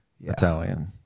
Italian